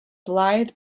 blythe